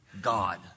God